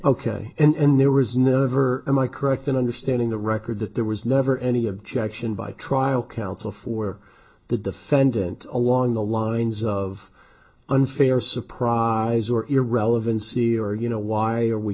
ok and there was never am i correct in understanding the record that there was never any objection by trial counsel for the defendant along the lines of unfair surprise or irrelevancy or you know why are we